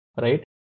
Right